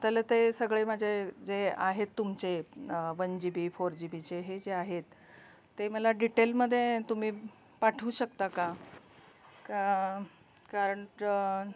त्याला ते सगळे माझे जे आहेत तुमचे one G B four G बीचे हे जे आहेत ते मला डिटेलमध्ये तुम्ही पाठवू शकता का कारण